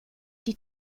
die